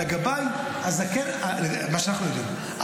לגבאי הזקן שממה שאנחנו יודעים,